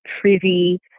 privy